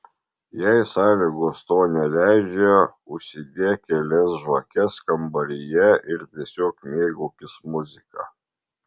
jei sąlygos to neleidžia užsidek kelias žvakes kambaryje ir tiesiog mėgaukis muzika